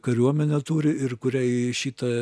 kariuomenę turi ir kuriai šitą